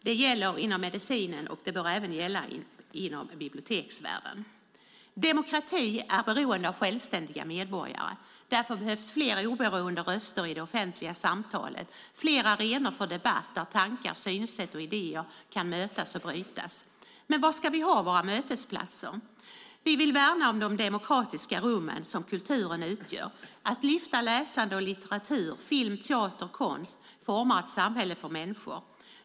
Det gäller inom medicinen och det bör även gälla inom biblioteksvärlden. Demokrati är beroende av självständiga medborgare. Därför behövs flera oberoende röster i det offentliga samtalet, flera arenor för debatt så att tankar, synsätt och idéer kan mötas och brytas. Var ska vi ha våra mötesplatser? Vi vill värna om de demokratiska rummen som kulturen utgör - att lyfta fram läsande och litteratur, film, teater och konst, och forma ett samhälle för människor.